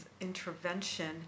intervention